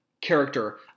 character